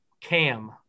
Cam